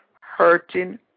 hurting